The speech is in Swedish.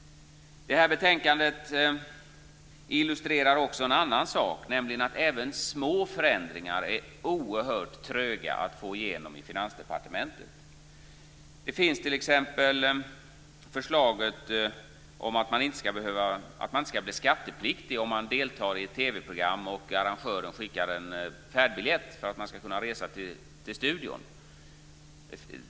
Det här betänkandet illustrerar även en annan sak, nämligen att även små förändringar är oerhört tröga att få igenom i Finansdepartementet. Det finns t.ex. ett förslag om att man inte ska behöva att bli skattepliktig om man deltar i ett TV-program och arrangören skickar en färdbiljett för att man ska kunna resa till studion.